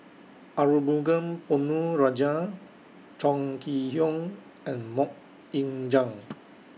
Arumugam Ponnu Rajah Chong Kee Hiong and Mok Ying Jang